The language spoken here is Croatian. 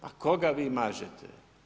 Pa koga vi mažete?